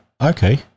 Okay